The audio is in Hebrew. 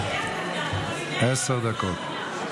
עשר דקות.